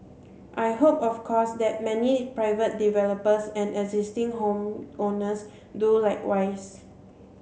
I hope of course that many private developers and existing home owners do likewise